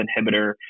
inhibitor